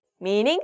meaning